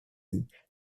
and